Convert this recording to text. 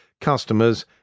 customers